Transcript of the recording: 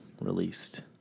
released